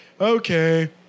okay